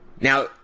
Now